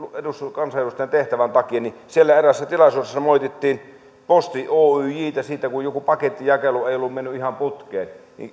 kansanedustajan tehtävän takia siellä eräässä tilaisuudessa moitittiin posti oyjtä siitä kun joku pakettijakelu ei ollut mennyt ihan putkeen